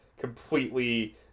completely